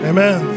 Amen